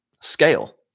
scale